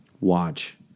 Watch